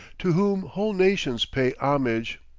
to whom whole nations pay homage.